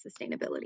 sustainability